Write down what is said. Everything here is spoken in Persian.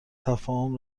تفاهم